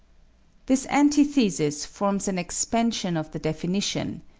this antithesis forms an expansion of the definition,